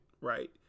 right